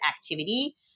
activity